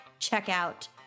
checkout